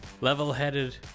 level-headed